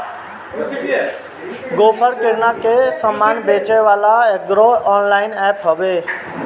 Grofer किरणा के सामान बेचेवाला एगो ऑनलाइन एप्प हवे